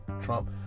trump